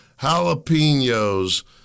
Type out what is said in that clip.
jalapenos